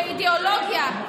זה אידיאולוגיה.